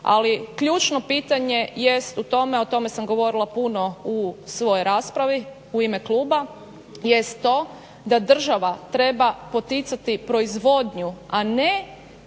Ali ključno pitanje jest u tome, o tome sam govorila puno u svojoj raspravi u ime kluba, jest to da država treba poticati proizvodnju, a ne